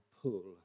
pull